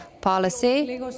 policy